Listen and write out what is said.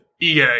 EA